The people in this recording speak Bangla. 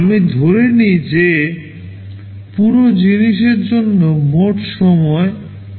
আমি ধরে নিই যে পুরো জিনিসের জন্য মোট সময় প্রয়োজন T